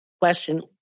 question